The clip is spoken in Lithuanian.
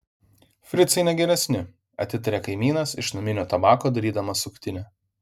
fricai ne geresni atitaria kaimynas iš naminio tabako darydamas suktinę